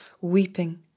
weeping